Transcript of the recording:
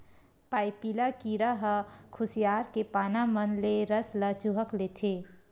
पाइपिला कीरा ह खुसियार के पाना मन ले रस ल चूंहक लेथे